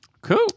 Cool